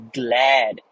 glad